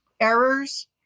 errors